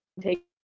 take